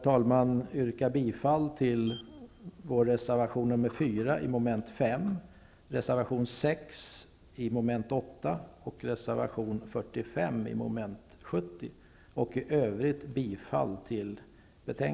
Jag yrkar bifall till vår reservation 4 i mom. 5, reservation 6 i mom. 18, och reservation